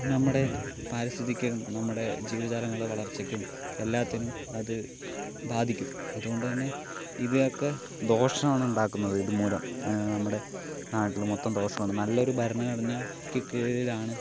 നമ്മുടെ പരിസ്ഥിതിക്കും നമ്മടെ ജീവജാലങ്ങളുടെ വളർച്ചയ്ക്കും എല്ലാത്തിനും അതു ബാധിക്കും അതുകൊണ്ട് തന്നെ ഇത് ഒക്കെ ദോഷമാണ് ഉണ്ടാക്കുന്നത് ഇത് മൂലം നമ്മുടെ നാട്ടിൽ മൊത്തം ദോഷമാണ് നല്ലൊരു ഭരണഘടനയ്ക്ക് കീഴിലാണ്